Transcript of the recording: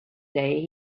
day